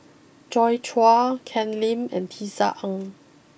Joi Chua Ken Lim and Tisa Ng